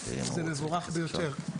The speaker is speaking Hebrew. זה מבורך ביותר,